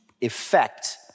effect